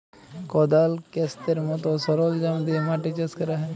কদাল, ক্যাস্তের মত সরলজাম দিয়ে মাটি চাষ ক্যরা হ্যয়